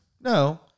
No